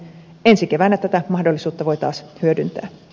ensi keväänä tätä mahdollisuutta voi taas hyödyntää